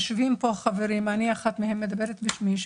יושבים פה חברים אני מדברת בשמי,